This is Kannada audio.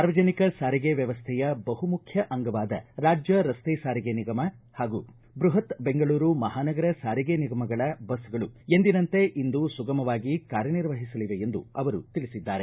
ಸಾರ್ವಜನಿಕ ಸಾರಿಗೆ ವ್ಯವಸ್ಥೆಯ ಬಹುಮುಖ್ಯ ಅಂಗವಾದ ರಾಜ್ಯ ರಸ್ತೆ ಸಾರಿಗೆ ನಿಗಮ ಹಾಗೂ ಬೃಹತ್ ಬೆಂಗಳೂರು ಮಹಾನಗರ ಸಾರಿಗೆ ನಿಗಮಗಳ ಬಸ್ಗಳು ಎಂದಿನಂತೆ ಇಂದು ಸುಗಮವಾಗಿ ಕಾರ್ಯ ನಿರ್ವಹಿಸಲಿವೆ ಎಂದು ಅವರು ತಿಳಿಸಿದ್ದಾರೆ